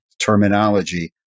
terminology